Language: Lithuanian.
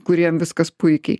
kuriem viskas puikiai